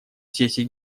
сессии